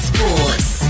Sports